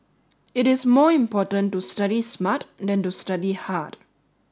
it is more important to study smart than to study hard